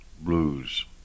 Blues